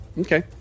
Okay